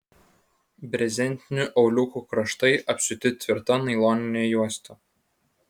brezentinių auliukų kraštai apsiūti tvirta nailonine juosta